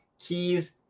keys